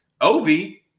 Ovi